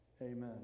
amen